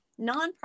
nonprofit